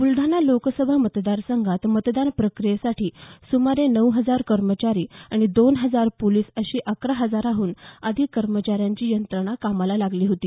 ब्लढाणा लोकसभा मतदारसंघात मतदान प्रक्रियेसाठी सुमारे नऊ हजार कर्मचारी आणि दोन हजार पोलिस अशी अकरा हजारांहून अधिक कर्मचाऱ्यांची यंत्रणा कामाला लागली होती